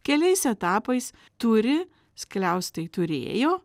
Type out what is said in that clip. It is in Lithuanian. keliais etapais turi skliaustai turėjo